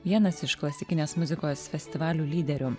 vienas iš klasikinės muzikos festivalių lyderio